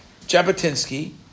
Jabotinsky